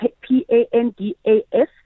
P-A-N-D-A-S